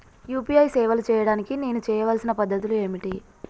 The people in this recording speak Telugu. యూ.పీ.ఐ సేవలు చేయడానికి నేను చేయవలసిన పద్ధతులు ఏమిటి?